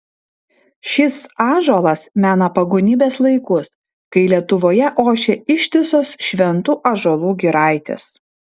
šis ąžuolas mena pagonybės laikus kai lietuvoje ošė ištisos šventų ąžuolų giraitės